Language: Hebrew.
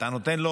אתה נותן לו